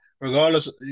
regardless